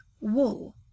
wool